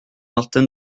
martin